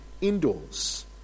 indoors